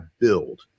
build